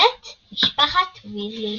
בית משפחת ויזלי.